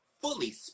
fully